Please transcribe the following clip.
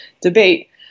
debate